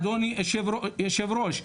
אדוני היושב ראש,